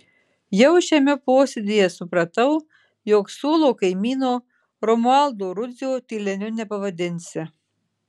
jau šiame posėdyje supratau jog suolo kaimyno romualdo rudzio tyleniu nepavadinsi